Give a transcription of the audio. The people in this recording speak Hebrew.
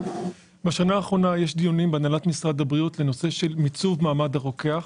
בשנה האחרונה יש דיונים בהנהלת משרד הבריאות בנושא של מיצוב מעמד הרוקח.